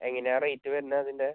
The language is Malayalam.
എങ്ങനെയാണ് റേറ്റ് വരുന്നതിൻ്റെ